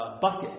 bucket